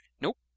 nope